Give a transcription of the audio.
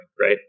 right